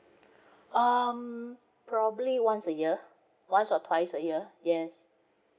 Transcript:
um probably once a year once or twice a year yes